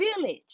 village